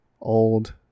old